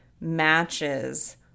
matches